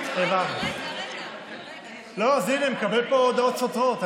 לא, אז הינה, אני מקבל פה הודעות סותרות.